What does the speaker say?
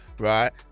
Right